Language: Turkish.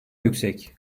yüksek